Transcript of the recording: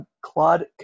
Claude